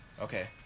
Okay